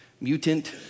mutant